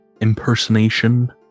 impersonation